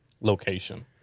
location